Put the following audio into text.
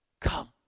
Come